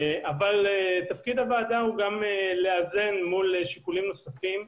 אבל תפקיד הוועדה הוא לאזן את זה אל מול שיקולים נוספים.